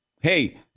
Hey